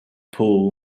pool